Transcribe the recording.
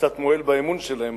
קצת מועל באמון שלהם,